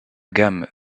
gamme